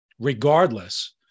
regardless